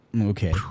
Okay